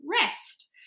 rest